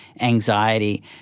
Anxiety